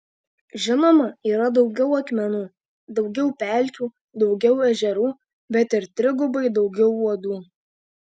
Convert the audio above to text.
žinoma yra daugiau akmenų daugiau pelkių daugiau ežerų bet ir trigubai daugiau uodų